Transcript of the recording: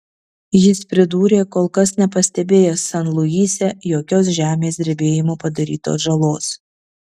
jis pridūrė kol kas nepastebėjęs san luise jokios žemės drebėjimo padarytos žalos